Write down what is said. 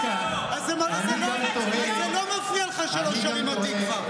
אז זה לא מפריע לך שלא שרים "התקווה".